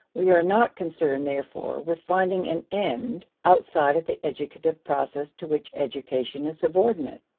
we are not concerned, therefore, with finding an end outside of the educative process to which education is subordinate.